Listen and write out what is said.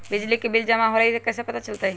बिजली के बिल जमा होईल ई कैसे पता चलतै?